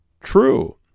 true